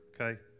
Okay